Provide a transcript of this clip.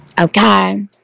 okay